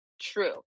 true